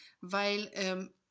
weil